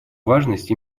важность